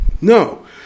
No